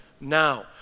now